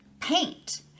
paint